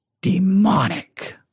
demonic